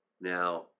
Now